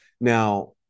now